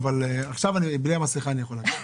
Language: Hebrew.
אבל עכשיו בלי המסכה על הפנים אני יכול להגיד.